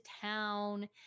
town